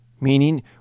meaning